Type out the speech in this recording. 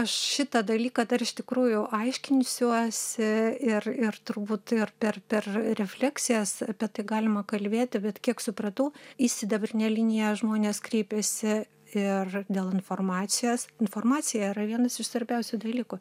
aš šitą dalyką dar iš tikrųjų aiškinsiuosi ir ir turbūt ir per per refleksijas apie tai galima kalbėti bet kiek supratau į sidabrinę liniją žmonės kreipiasi ir dėl informacijos informacija yra vienas iš svarbiausių dalykų